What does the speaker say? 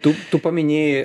tu tu paminėjai